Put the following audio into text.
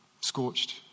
scorched